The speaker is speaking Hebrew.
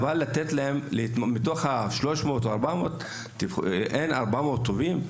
האם מתוך ה-300 או 400, אין 400 טובים?